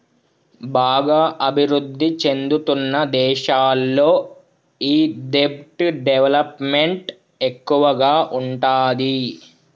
బాగా అభిరుద్ధి చెందుతున్న దేశాల్లో ఈ దెబ్ట్ డెవలప్ మెంట్ ఎక్కువగా ఉంటాది